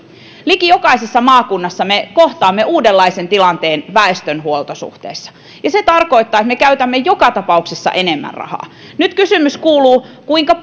liki jokaisessa maakunnassa me kohtaamme uudenlaisen tilanteen väestön huoltosuhteessa ja se tarkoittaa että me käytämme joka tapauksessa enemmän rahaa nyt kysymys kuuluu kuinka